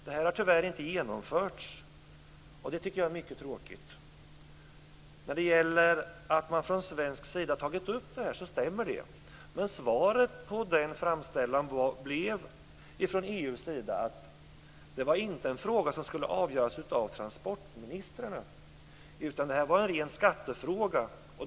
Det har tyvärr inte genomförts, och det tycker jag är mycket tråkigt. Det stämmer att man från svensk sida har tagit upp det här. Men svaret på denna framställan blev från EU:s sida att det här inte var en fråga som skulle avgöras av transportministrarna. Det var en ren skattefråga.